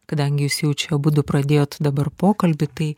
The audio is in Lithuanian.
kadangi jūs jau čia abudu pradėjot dabar pokalbį tai